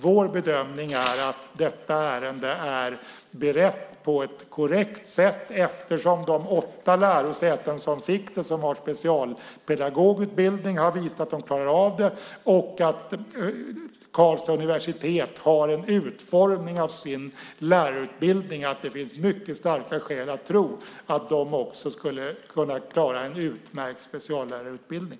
Vår bedömning är att detta ärende är berett på ett korrekt sätt eftersom de åtta lärosäten som har specialpedagogutbildning har visat att de klarar av det. Karlstads universitet har en utformning av sin lärarutbildning som gör att det finns mycket starka skäl att tro att de också skulle kunna klara en utmärkt speciallärarutbildning.